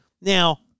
Now